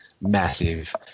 massive